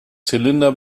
zylinder